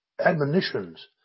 admonitions